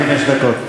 עד חמש דקות.